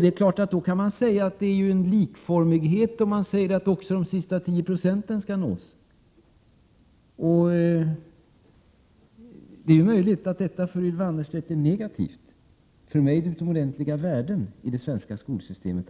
Det kan givetvis sägas att vi har likformighet i skolan när vi vill att också de sista tio procenten skall nås av undervisningen. Det är möjligt att detta är negativt för Ylva Annerstedt, men för mig innebär det utomordentliga värden i det svenska skolsystemet.